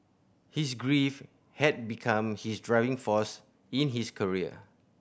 his grief had become his driving force in his career